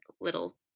little